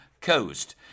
coast